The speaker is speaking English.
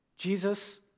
Jesus